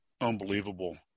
unbelievable